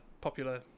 popular